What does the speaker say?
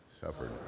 suffered